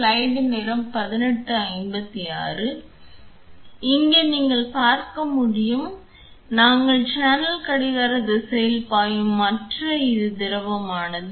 எனவே இங்கே நீங்கள் பார்க்க முடியும் என நாங்கள் சேனல் கடிகார திசையில் பாயும் மற்றும் இது திரவமானது